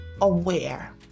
aware